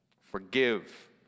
forgive